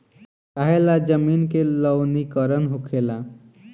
काहें ला जमीन के लवणीकरण होखेला